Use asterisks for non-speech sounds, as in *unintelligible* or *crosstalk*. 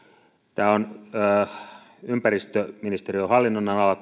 tämä kohta on ympäristöministeriön hallinnonalalla *unintelligible*